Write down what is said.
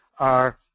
are